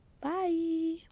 bye